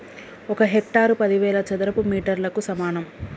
ఒక హెక్టారు పదివేల చదరపు మీటర్లకు సమానం